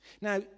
Now